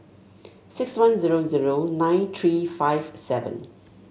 six one zero zero nine three five seven